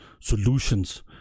solutions